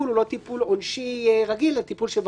שום דבר משפטי לא היה שם למעט העובדה שצריך למצוא פתרון משפטי.